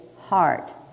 heart